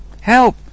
help